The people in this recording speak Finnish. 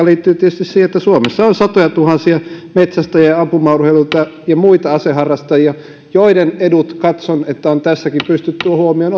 liittyvät tietysti siihen että suomessa on satojatuhansia metsästäjiä ja ampumaurheilijoita ja muita aseharrastajia joiden edut näin katson on tässäkin pystytty huomioon